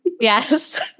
Yes